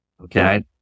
Okay